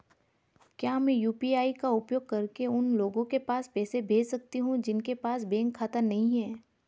क्या मैं यू.पी.आई का उपयोग करके उन लोगों के पास पैसे भेज सकती हूँ जिनके पास बैंक खाता नहीं है?